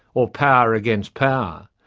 or power against power.